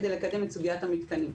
כדי לקדם את סוגיית המתקנים.